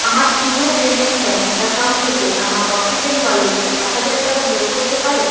আমার Fino payments bank account থেকে আমার অক্সিজেন ওয়ালেটে এক হাজার টাকা যোগ করতে পারেন